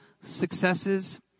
successes